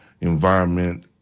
environment